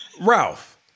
Ralph